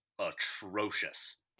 atrocious